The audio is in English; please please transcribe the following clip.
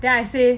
then I say